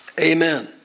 Amen